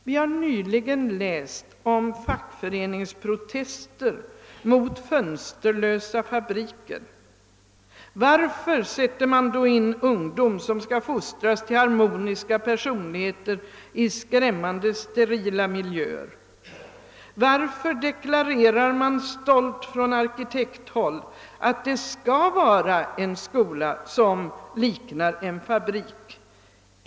Vi har nyligen läst om fackföreningsprotester mot fönsterlösa fabriker. Varför sätter man då in ungdom, som skall fostras till harmoniska personligheter, i skrämmande sterila miljöer? Varför deklarerar man stolt från arkitekthåll att det skall vara en skola som liknar en fabrik?